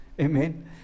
Amen